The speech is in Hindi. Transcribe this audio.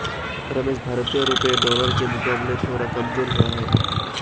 रमेश भारतीय रुपया डॉलर के मुकाबले थोड़ा कमजोर हुआ है